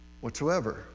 whatsoever